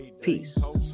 Peace